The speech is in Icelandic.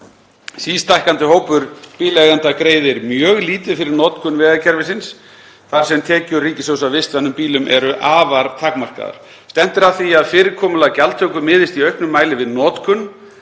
Sístækkandi hópur bíleigenda greiðir mjög lítið fyrir notkun vegakerfisins þar sem tekjur ríkissjóðs af vistvænum bílum eru afar takmarkaðar. Stefnt er að því að fyrirkomulag gjaldtöku miðist í auknum mæli við notkun